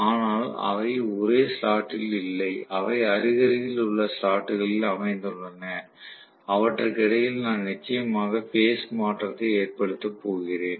ஆனால் அவை ஒரே ஸ்லாட் ல் இல்லை அவை அருகிலுள்ள ஸ்லாட் களில் அமைந்துள்ளன அவற்றுக்கு இடையில் நான் நிச்சயமாக பேஸ் மாற்றத்தை ஏற்படுத்தப் போகிறேன்